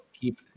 keep